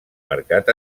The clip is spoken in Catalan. mercat